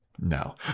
no